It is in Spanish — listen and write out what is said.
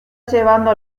llevando